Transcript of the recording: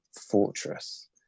fortress